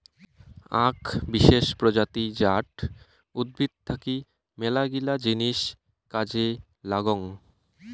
আক বিশেষ প্রজাতি জাট উদ্ভিদ থাকি মেলাগিলা জিনিস কাজে লাগং